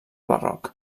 barroc